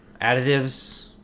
Additives